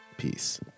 Peace